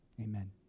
amen